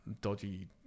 dodgy